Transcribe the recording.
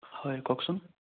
হয় কওকচোন